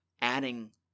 adding